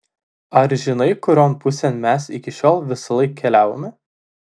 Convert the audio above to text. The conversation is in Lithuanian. ar žinai kurion pusėn mes iki šiol visąlaik keliavome